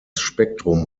spektrum